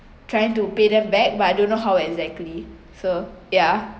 trying to pay them back but I don't know how exactly so yeah